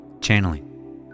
Channeling